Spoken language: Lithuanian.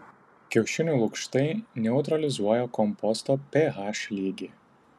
kiaušinių lukštai neutralizuoja komposto ph lygį